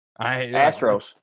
Astros